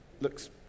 looks